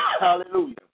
hallelujah